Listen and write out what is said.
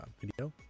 video